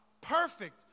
perfect